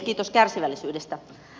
kiitos kärsivällisyydestä